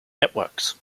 networks